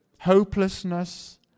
Hopelessness